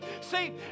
see